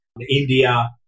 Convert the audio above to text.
India